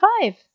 five